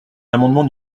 l’amendement